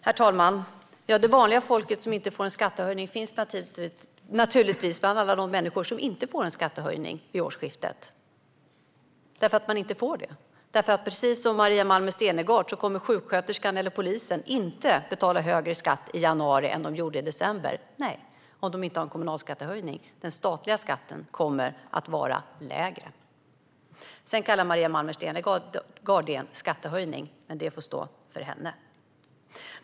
Herr talman! Det vanliga folket som inte får en skattehöjning finns naturligtvis bland alla de människor som inte får en skattehöjning vid årsskiftet. Precis som Maria Malmer Stenergard kommer sjuksköterskan eller polisen inte att betala högre skatt i januari än vad de gjorde i december - om de inte får en kommunalskattehöjning, men den statliga skatten kommer att vara lägre. Sedan kallar Maria Malmer Stenergard det för en skattehöjning, men det får stå för henne.